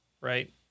right